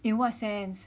in what sense